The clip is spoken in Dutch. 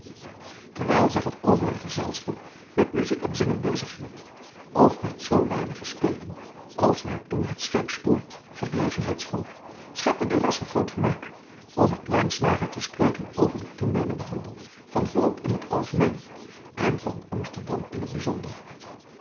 terwijl zich het overig gezelschap met muzijk en zingen bezig hield of met zoodanige spelen als waartoe het scheepsboord gelegenheid schonk schepte durazzo groot vermaak om met lijnslager te spreken over den toenemenden handel van holland in het algemeen en van amsterdam in het bijzonder